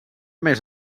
més